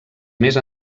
més